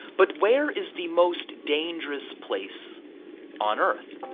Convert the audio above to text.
but where is the most dangerous place on earth?